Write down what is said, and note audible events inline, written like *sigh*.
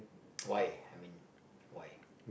*noise* why I mean why